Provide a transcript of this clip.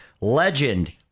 legend